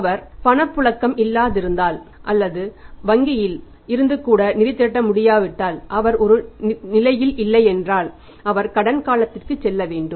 அவர் பணப்புழக்கம் இல்லாதிருந்தால் அல்லது வங்கியில் இருந்து கூட நிதி திரட்ட முடியாவிட்டால் அவர் ஒரு நிலையில் இல்லை என்றால் அவர் கடன் காலத்திற்குச் செல்ல வேண்டும்